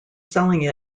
selling